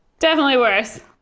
definitely worse.